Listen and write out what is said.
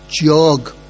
jog